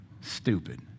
Stupid